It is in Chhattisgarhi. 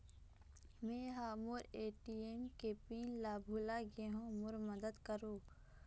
मै ह मोर ए.टी.एम के पिन ला भुला गे हों मोर मदद करौ